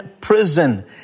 prison